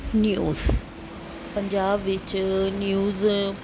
news Punjab ਵਿੱਚ news